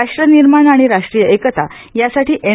राष्ट्र निर्माण आणि राष्ट्रीय एकता यासाठी एन